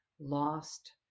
lost